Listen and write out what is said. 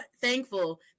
thankful